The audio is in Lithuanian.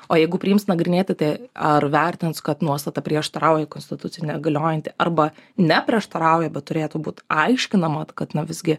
o jeigu priims nagrinėti tai ar vertins kad nuostata prieštarauja konstitucijai negaliojanti arba neprieštarauja bet turėtų būt aiškinamat kad na visgi